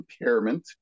impairment